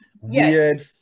weird